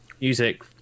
music